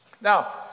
Now